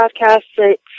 podcast